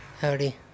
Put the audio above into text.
Howdy